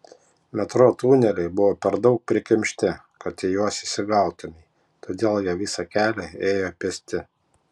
metro tuneliai buvo per daug prikimšti kad į juos įsigautumei todėl jie visą kelią ėjo pėsti